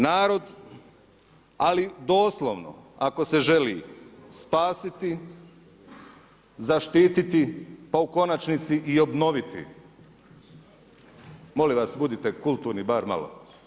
Narod ali doslovno ako se želi spasiti, zaštititi pa u konačnici i obnoviti molim vas budite kulturni bar malo.